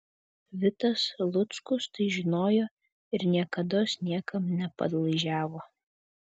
vitas luckus tai žinojo ir niekados niekam nepadlaižiavo